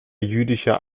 jüdischer